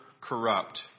corrupt